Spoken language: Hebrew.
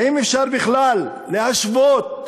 האם אפשר בכלל להשוות